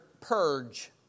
purge